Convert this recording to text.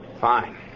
Fine